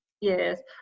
yes